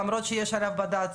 למרות שיש עליה בד"צ.